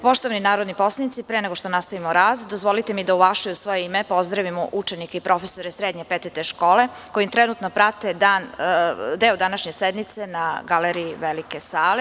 Poštovani narodni poslanici, pre nego što nastavimo rad, dozvolite mi da u vaše i u svoje ime pozdravimo učenike i profesore srednje PTT škole, koji trenutno prate deo današnje sednice na galeriji Velike sale.